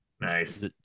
Nice